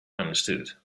understood